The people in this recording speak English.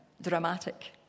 dramatic